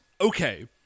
Okay